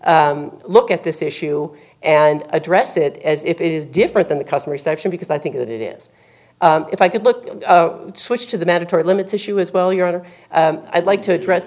look at this issue and address it as if it is different than the custom reception because i think that it is if i could look switch to the mandatory limits issue as well your honor i'd like to address